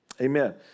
Amen